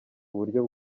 uburyo